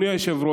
אדוני היושב-ראש,